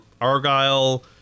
Argyle